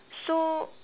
so